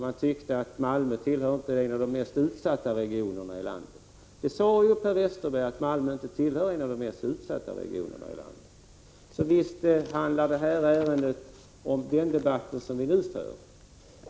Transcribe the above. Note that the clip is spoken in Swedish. Man tyckte inte att Malmö tillhör de mest utsatta regionerna i landet, och det framhölls även av Per Westerberg. Så visst handlar denna debatt om det ärende som vi nu behandlar.